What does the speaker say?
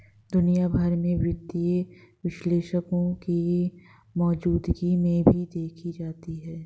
दुनिया भर में वित्तीय विश्लेषकों की मौजूदगी भी देखी जाती है